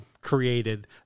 created